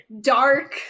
dark